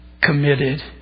committed